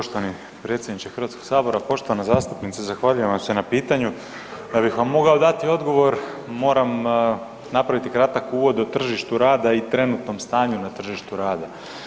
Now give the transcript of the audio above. Poštovani predsjedniče Hrvatskog sabora, poštovana zastupnice zahvaljujem vam se na pitanju, da bih vam mogao dati odgovor moram napraviti kratki uvod o tržištu rada i trenutnom stanju na tržištu rada.